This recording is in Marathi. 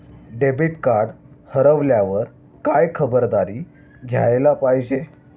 डेबिट कार्ड हरवल्यावर काय खबरदारी घ्यायला पाहिजे?